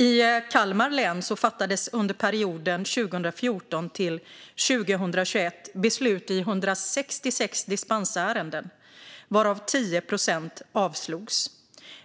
I Kalmar län fattades under perioden 2014-2021 beslut i 166 dispensärenden, varav 10 procent avslogs.